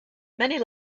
many